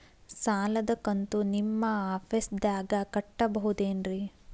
ಸಾಲದ ಕಂತು ನಿಮ್ಮ ಆಫೇಸ್ದಾಗ ಕಟ್ಟಬಹುದೇನ್ರಿ?